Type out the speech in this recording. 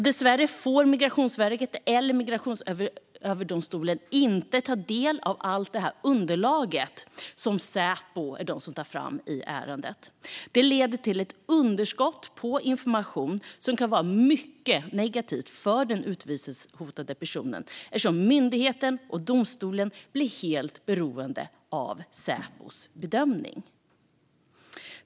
Dessvärre får Migrationsverket eller Migrationsöverdomstolen inte ta del av allt det underlag som Säpo tar fram i ärendet. Det leder till ett underskott på information som kan vara mycket negativt för den utvisningshotade personen, eftersom myndigheten och domstolen blir helt beroende av Säpos bedömning.